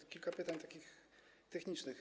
Mam kilka pytań takich technicznych.